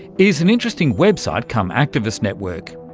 is an interesting website-come-activist network.